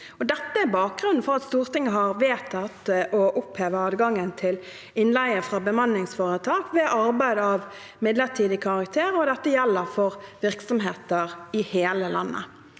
Dette er bakgrunnen for at Stortinget har vedtatt å oppheve adgangen til innleie fra bemanningsforetak ved arbeid av midlertidig karakter, og dette gjelder for virksomheter i hele landet.